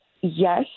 Yes